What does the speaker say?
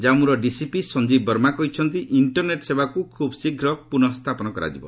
କାମ୍ମୁର DCP Sanjeev Verma କହିଛନ୍ତି internet ସେବାକୁ ଖୁବ୍ ଶୀଘ୍ର ପୁନଃ ସ୍ଥାପନ କରାଯିବ